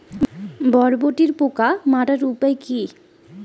বরবটির পোকা মারার উপায় কি?